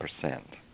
percent